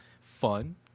fun